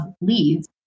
leads